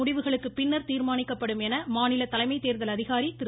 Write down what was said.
முடிவுகளுக்குப் பின்னர் தீர்மானிக்கப்படும் என மாநில தலைமை தேர்தல் அதிகாரி திரு